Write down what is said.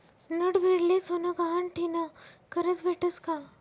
नडभीडले सोनं गहाण ठीन करजं भेटस का?